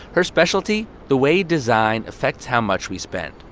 her specialty the way design affects how much we spend.